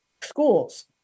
schools